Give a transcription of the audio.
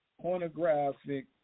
pornographic